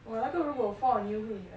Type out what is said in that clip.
!wah! 那个如果 will fall on you 会 like